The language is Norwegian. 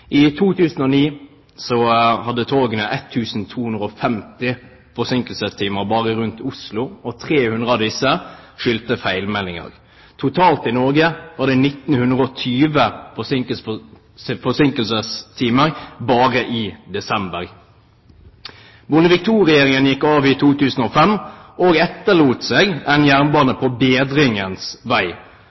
i dag. I 2009 hadde togene 1 250 forsinkelsestimer bare rundt Oslo, og 300 av disse skyldtes feilmeldinger. Totalt i Norge var det 1 920 forsinkelsestimer bare i desember. Bondevik II-regjeringen gikk av i 2005 og etterlot seg en jernbane på bedringens vei.